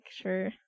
sure